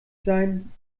sein